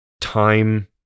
time